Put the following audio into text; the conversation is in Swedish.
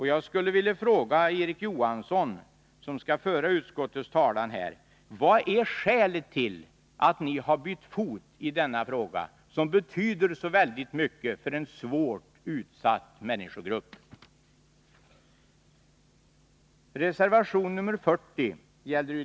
Jag skulle vilja fråga Erik Johansson, som skall föra utskottets talan här: Vad är skälet till att ni har bytt fot i denna fråga, som betyder så mycket för en svårt utsatt människogrupp?